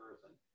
person